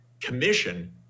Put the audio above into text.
commission